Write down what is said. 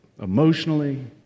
emotionally